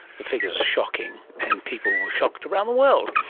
the figures are shocking and people were shocked around the world.